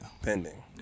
Pending